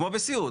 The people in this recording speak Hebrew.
כמו בסיעוד.